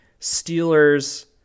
Steelers